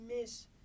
miss